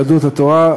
יהדות התורה,